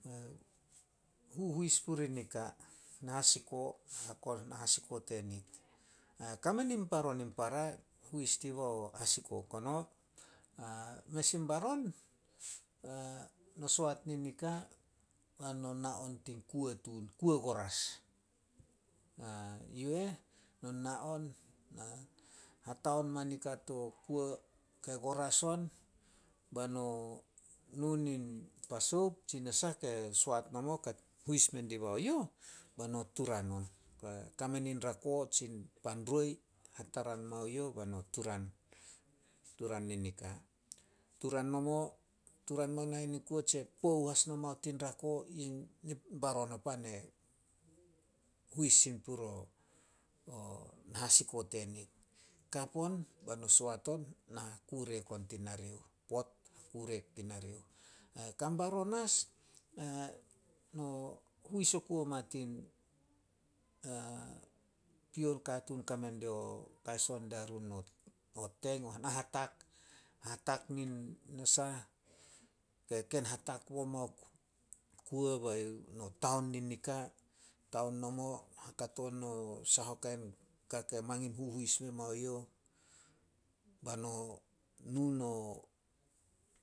Huhuis purih nika, nahasiko tenit. Kame nin baron in para, huis dibao hasiko kono. Mes in baron, no soat nin nika beno na on tin kuo tun, kuo goras. Yu eh no na on, hataon mai nika to kuo ke goras on. Bai no nu nin pa soup tsi nasah ke soat nomo ke huis mendibao youh, bai no turan on. Kame nin rako tsi pan roi hataran mai youh bai no turan- turan nin nika. Turan nomo, turan mao nahen in kuo tse pou as mao tin rako. In baron opan e huis sin purio na hasiko tenit. Kap on, beno soat on, na hakurek on tin narioh. Pot, hakurek on ti narioh. Kan baron as, no huis oku ma tin, pion katuun e kame dio kai son diarun o- o teng, na hatak. Hatak nin nasah, ke ken hatak bo mao kuo bai no taon nin nika. Taon nomo, hakato no sahokain ka ke mangin huhuis memao youh, bai no nu no